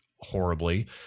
horribly